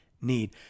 need